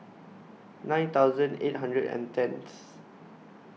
nine thousand eight hundred and tenth